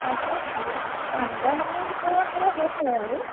চাইকেলখন পাঁচ হেজাৰমানৰ ভিতৰত হ'লে হৈ যায় আৰু